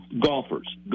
golfers